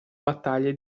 battaglie